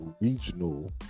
regional